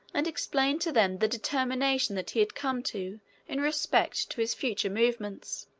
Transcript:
and explained to them the determination that he had come to in respect to his future movements.